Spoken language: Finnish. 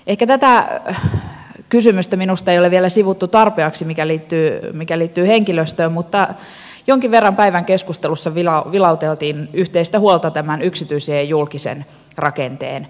minusta tätä kysymystä joka liittyy henkilöstöön ei ole ehkä vielä sivuttu tarpeeksi mutta jonkin verran päivän keskustelussa vilauteltiin yhteistä huolta tämän yksityisen ja julkisen rakenteen muutoksesta